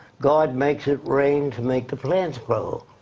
god makes it rain to make the plants grow.